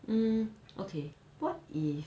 um okay what if